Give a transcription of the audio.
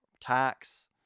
tax